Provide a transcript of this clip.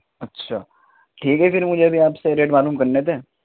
اچھا ٹھیک ہے پھر مجھے بھی آپ سے ریٹ معلوم کرنے تھے